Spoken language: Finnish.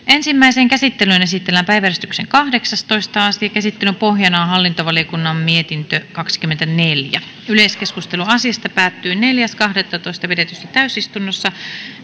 ensimmäiseen käsittelyyn esitellään päiväjärjestyksen kahdeksastoista asia käsittelyn pohjana on hallintovaliokunnan mietintö kaksikymmentäneljä yleiskeskustelu asiasta päättyi neljäs kahdettatoista kaksituhattaseitsemäntoista pidetyssä täysistunnossa